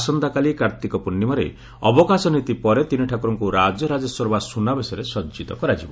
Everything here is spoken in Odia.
ଆସନ୍ତାକାଲି କାର୍ତ୍ତିକ ପୂର୍ଶ୍ରିମାରେ ଅବକାଶ ନୀତି ପରେ ତିନିଠାକୁରଙ୍ଙୁ ରାଜରାଜେଶ୍ୱର ବା ସ୍ପୁନାବେଶରେ ସଜିତ କରାଯିବ